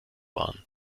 waren